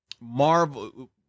Marvel